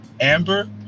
Amber